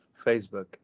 Facebook